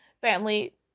family